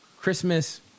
Christmas